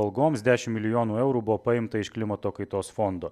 algoms dešim milijonų eurų buvo paimta iš klimato kaitos fondo